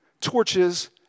torches